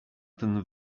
ten